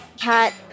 Cat